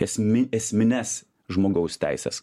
esmi esmines žmogaus teises